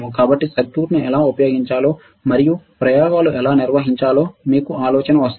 కాబట్టి సర్క్యూట్ను ఎలా ఉపయోగించాలో మరియు ప్రయోగాలు ఎలా నిర్వహించాలో మీకు ఆలోచన వస్తుంది